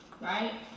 Right